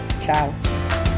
ciao